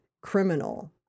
Criminal